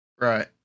Right